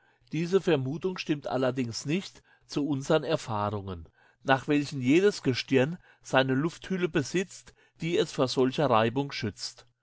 diese vermutung stimmt allerdings nicht zu unsern erfahrungen nach welchen jedes gestirn seine lufthülle besitzt die es vor solcher reibung schützt